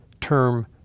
term